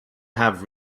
have